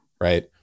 right